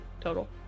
total